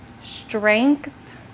Strength